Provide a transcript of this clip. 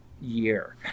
year